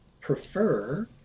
prefer